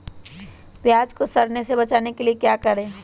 प्याज को सड़ने से बचाने के लिए क्या करें?